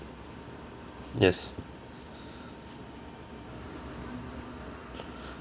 yes